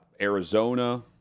Arizona